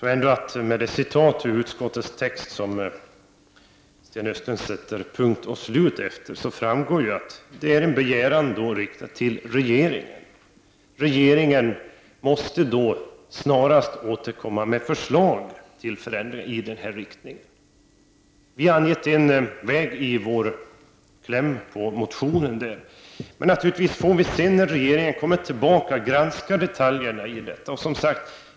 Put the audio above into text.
Herr talman! Av det citat ur utskottets text som Sten Östlund sätter punkt och slut efter framgår att det är en begäran riktad till regeringen. Regeringen måste snarast återkomma med förslag till förändring i den här riktningen. Vi har angett en väg i vårt yrkande i motionen. Men naturligtvis får vi när regeringen sedan kommer tillbaka granska detaljerna i detta.